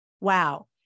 Wow